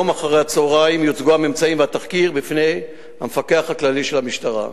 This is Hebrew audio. היום אחר-הצהריים יוצגו הממצאים והתחקיר בפני המפקח הכללי של המשטרה.